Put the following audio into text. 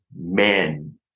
men